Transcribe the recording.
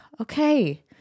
okay